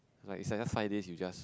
like it's another five days you just